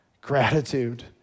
gratitude